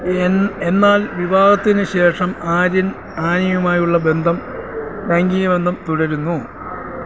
എന്നാൽ വിവാഹത്തിന് ശേഷം ആര്യൻ ആനിയുമായുള്ള ബന്ധം ലൈംഗിക ബന്ധം തുടരുന്നു